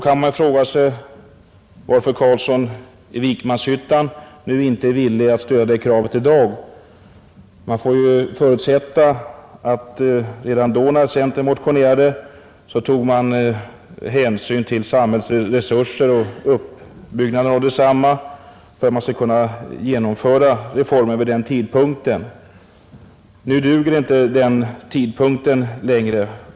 Man kan ju fråga sig varför herr Carlsson i Vikmanshyttan inte är villig att stödja det kravet i dag. Vi får ju förutsätta att centern redan när den motionen skrevs och man yrkade på att reformen skulle genomföras vid den tidpunkten, tog hänsyn till samhällets resurser och uppbyggnaden av desamma. Nu duger inte den tidpunkten längre.